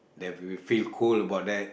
that we feel cool about that